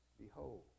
Behold